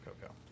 cocoa